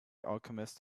alchemist